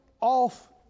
off